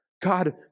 God